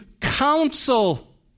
counsel